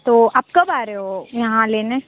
तो आप कब आ रहे हो यहाँ लेने